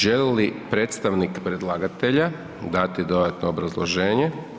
Želi li predstavnik predlagatelja dati dodatno obrazloženje?